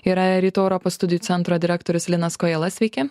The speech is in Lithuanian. yra rytų europos studijų centro direktorius linas kojala sveiki